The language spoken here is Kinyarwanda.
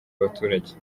abaturage